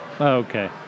Okay